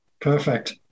Perfect